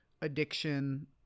addiction